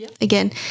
again